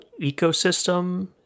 ecosystem